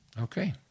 Okay